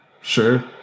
sure